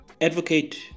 advocate